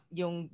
yung